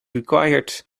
required